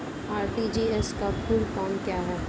RTGS का full form क्या है?